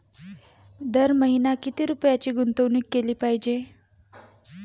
दर महिना किती रुपयांची गुंतवणूक केली पाहिजे?